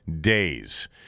days